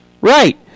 Right